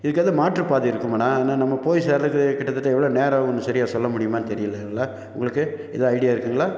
இதுக்கு எதுவும் மாற்று பாதை இருக்குமா அண்ணா அண்ணா நம்ம போய் சேர்றதுக்கு கிட்ட தட்ட எவ்வளோ நேரம் ஆகும்ன்னு சரியாக சொல்ல முடியுமானு தெரியலை இல்லை உங்களுக்கு எதாது ஐடியா இருக்குதுங்களா